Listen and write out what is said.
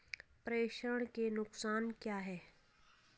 प्रेषण के नुकसान क्या हैं?